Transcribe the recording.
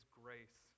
grace